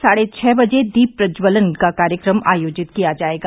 साढ़े शाम छह बजे दीप प्रज्वल का कार्यक्रम आयोजित किया जायेगा